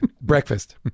breakfast